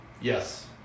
Yes